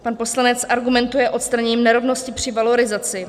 Pan poslanec argumentuje odstraněním nerovnosti při valorizaci.